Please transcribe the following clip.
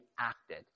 acted